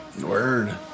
Word